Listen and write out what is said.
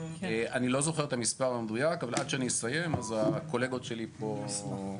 אני לא זוכר את המספר המדויק אבל עד שאני אסיים אז הקולגות שלי פה יתנו